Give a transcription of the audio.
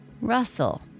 Russell